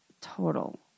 total